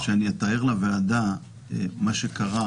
אולי כדאי שאני אתאר לוועדה מה שקרה.